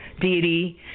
deity